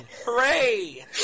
Hooray